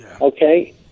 Okay